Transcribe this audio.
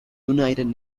united